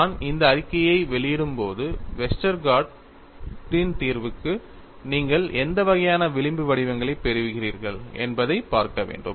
நான் இந்த அறிக்கையை வெளியிடும்போது வெஸ்டர்கார்டின் Westergaard's தீர்வுக்கு நீங்கள் எந்த வகையான விளிம்பு வடிவங்களைப் பெறுகிறீர்கள் என்பதைப் பார்க்க வேண்டும்